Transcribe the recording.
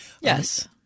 Yes